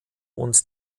und